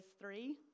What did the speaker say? three